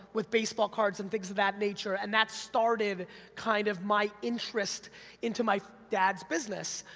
with baseball cards and things of that nature, and that started kind of my interest into my dad's business.